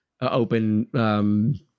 open